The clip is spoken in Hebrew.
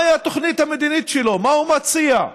מהי התוכנית המדינית שלו, מה הוא מציע.